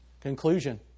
Conclusion